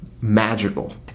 magical